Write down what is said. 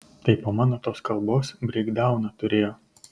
tai po mano tos kalbos breikdauną turėjo